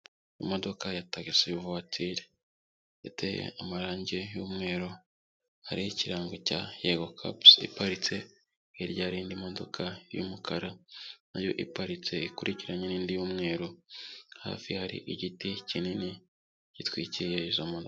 Imodoka ya tagisi vuwatiri, iteye amarangi y'umweru hariho ikirango cya Yego kapusi iparitse, hirya hari indi modoka y'umukara nayo iparitse ikurikiranye n'indi y'umweru, hafi hari igiti kinini gitwikiriye izo modoka.